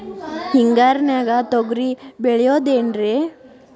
ಹಿಂಗಾರಿನ್ಯಾಗ ತೊಗ್ರಿ ಬೆಳಿಬೊದೇನ್ರೇ?